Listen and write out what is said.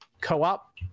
co-op